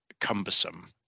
cumbersome